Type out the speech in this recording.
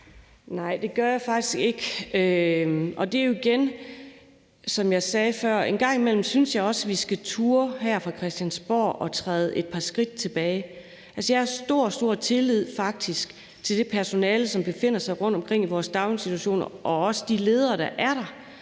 Nej, det gør jeg faktisk ikke. Som jeg sagde før, synes jeg også, at vi en gang imellem her fra Christiansborg skal turde at træde et par skridt tilbage. Altså, jeg har faktisk stor, stor tillid til det personale, som befinder sig rundtomkring i vores daginstitutioner, og også de ledere, der er der.